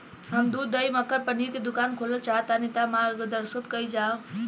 हम दूध दही मक्खन पनीर के दुकान खोलल चाहतानी ता मार्गदर्शन कइल जाव?